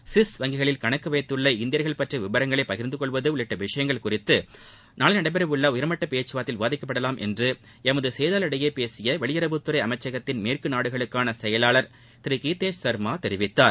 Swiss வங்கிகளில் கணக்கு வைத்துள்ள காஷ்மீர் இந்தியர்கள் பற்றிய விவரங்களை பகிர்ந்து கொள்வது உள்ளிட்ட விஷயங்கள் குறித்து நாளை நடைபெறவுள்ள உயர்மட்ட பேச்கவார்த்தையில் விவாதிக்கப்படலாம் என்று எமது செய்தியாளரிடையே பேசிய வெளியுறவுத்துறை அமைச்சகத்தின் மேற்கு நாடுகளுக்கான செயலாளர் திரு கீத்தேஷ் சர்மா தெரிவித்தார்